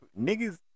niggas